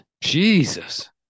Jesus